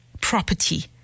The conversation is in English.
property